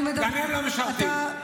גם הם לא משרתים.